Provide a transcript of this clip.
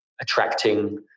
attracting